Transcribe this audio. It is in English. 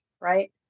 right